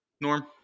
Norm